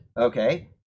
okay